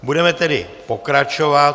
Budeme tedy pokračovat.